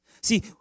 See